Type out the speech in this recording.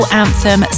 anthem